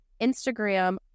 Instagram